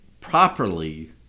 properly